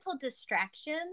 distraction